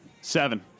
Seven